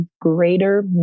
greater